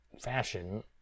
fashion